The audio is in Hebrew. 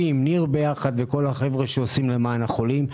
עם ניר וכל החבר'ה שעושים למען החולים.